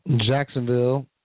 Jacksonville